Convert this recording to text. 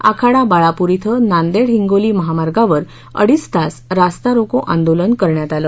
आखाडा बाळापूर ॐ नांदेड हिंगोली महामार्गावर अडीच तास रास्ता रोको आंदोलन करण्यात आलं